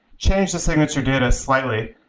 change the signature data slightly,